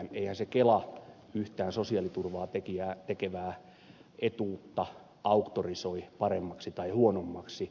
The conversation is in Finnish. eihän se kela yhtään sosiaaliturvaa tekevää etuutta auktorisoi paremmaksi tai huonommaksi